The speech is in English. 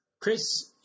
Chris